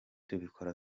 tubikora